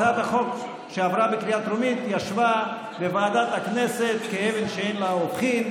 הצעת החוק שעברה בקריאה טרומית ישבה בוועדת הכנסת כאבן שאין לה הופכין,